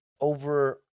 over